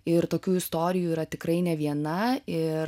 ir tokių istorijų yra tikrai ne viena ir